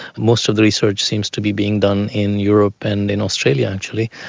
most of the research seems to be being done in europe and in australia actually.